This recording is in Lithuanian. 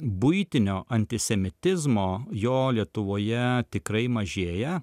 buitinio antisemitizmo jo lietuvoje tikrai mažėja